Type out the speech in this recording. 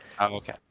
Okay